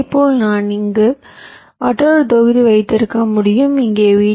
இதேபோல் நான் இங்கே மற்றொரு தொகுதி வைத்திருக்க முடியும் இங்கே வி